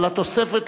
אני קובע שההסתייגות